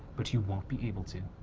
but you won't be able to.